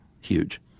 huge